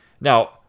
Now